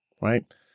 right